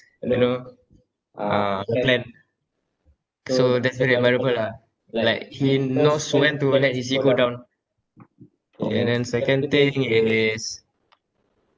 you know uh plan so that's very admirable lah like he knows when to call that easy go down K and then second thing is